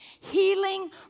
healing